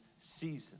season